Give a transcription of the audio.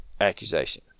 accusation